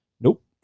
Nope